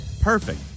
Perfect